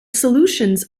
solutions